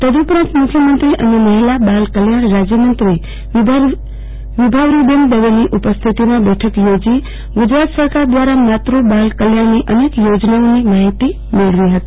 તદ ઉપરાંત મુખ્યમંત્રી અને મહિલા બાળ કલ્યાણ રાજયમંત્રી વિભાવરીબેન દવેની ઉપસ્થિતિમાં બેઠક યોજી ગુજરાત સરકાર ક્રારા માતૃ બાળ કલ્યાણની અનેક યોજનાઓની માહિતી મેળવી હતી